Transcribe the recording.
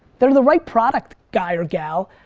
they're the right product guy or gal.